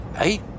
Hey